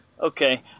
okay